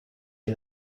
and